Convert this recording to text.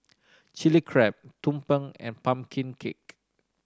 Chili Crab tumpeng and pumpkin cake